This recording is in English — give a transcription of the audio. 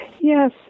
Yes